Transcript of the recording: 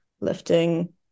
lifting